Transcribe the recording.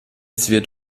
wird